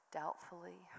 doubtfully